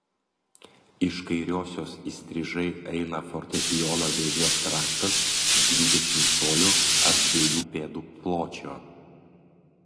iš kairiosios įstrižai eina fortepijono dėžės kraštas dvidešimt colių ar dviejų pėdų pločio